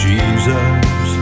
Jesus